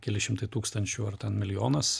keli šimtai tūkstančių ar ten milijonas